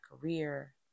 career